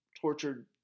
tortured